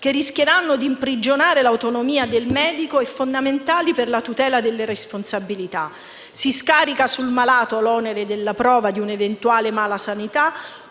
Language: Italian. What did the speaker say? che rischieranno di imprigionare l'autonomia del medico e fondamentali per la tutela della responsabilità. Si scarica sul malato l'onere della prova di un'eventuale malasanità,